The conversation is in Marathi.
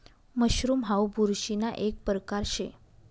मशरूम हाऊ बुरशीना एक परकार शे